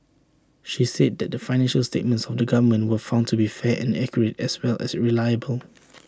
she said that the financial statements of the government were found to be fair and accurate as well as reliable